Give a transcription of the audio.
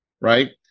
right